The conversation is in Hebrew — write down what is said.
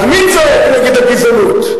אז מי צועק נגד הגזענות,